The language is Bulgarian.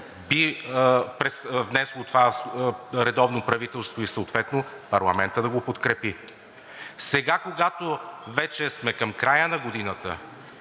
би внесло това редовно правителство, и съответно парламентът да го подкрепи. Сега, когато вече сме към края на годината